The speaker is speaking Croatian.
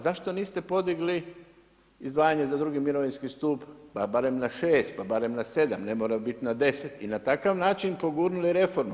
Zašto niste podigli izdvajanje za drugi mirovinski stup, pa barem na 6, pa barem na 7, ne mora biti na 10 i na takav način pogurnuli reformu?